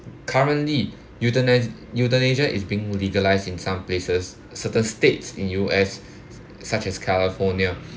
currently euthanis~ euthanasia is being legalised in some places certain states in U_S such as California